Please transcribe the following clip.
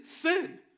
sin